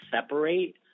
separate